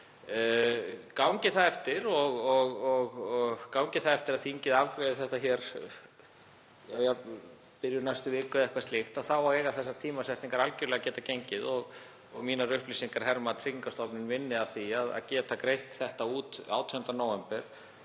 Gangi það eftir að þingið afgreiði þetta í byrjun næstu viku eða eitthvað slíkt þá eiga þessar tímasetningar algjörlega að geta gengið og mínar upplýsingar herma að Tryggingastofnun vinni að því að geta greitt þetta út 18. desember